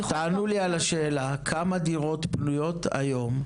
תענו לי על השאלה כמה דירות פנויות היום,